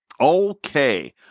Okay